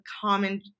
common